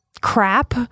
crap